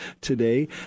today